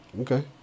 okay